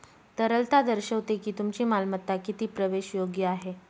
तरलता दर्शवते की तुमची मालमत्ता किती प्रवेशयोग्य आहे